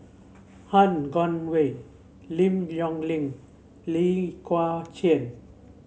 Han Guangwei Lim Yong Ling Lee Kua Chian